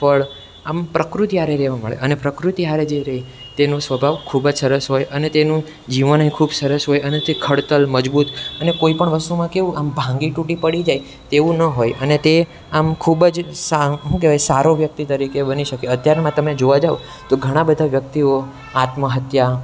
ફળ આમ પ્રકૃતિ હારે રહેવા મળે અને પ્રકૃતિ હારે જે રહે તેનો સ્વભાવ ખૂબ જ સરસ હોય અને તેનું જીવનેય ખૂબ સરસ હોય અને તે ખડતલ મજબૂત અને કોઈપણ વસ્તુમાં કેવું આમ ભાંગી તૂટી પડી જાય તેવું ન હોય અને તે આમ ખૂબ જ શું કહેવાય સારો વ્યક્તિ તરીકે બની શકે અત્યારમાં તમે જોવા જાઓ તો ઘણા બધા વ્યક્તિઓ આત્મહત્યા